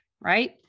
right